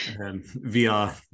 via